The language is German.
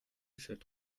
shirt